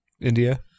India